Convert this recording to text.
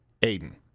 Aiden